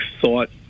thought